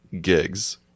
gigs